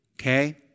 Okay